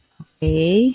okay